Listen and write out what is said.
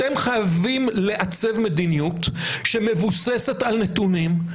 אתם חייבים לעצב מדיניות שמבוססת על נתונים,